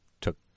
took